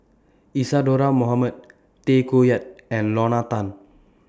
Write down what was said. Isadhora Mohamed Tay Koh Yat and Lorna Tan